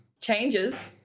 changes